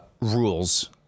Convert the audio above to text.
rules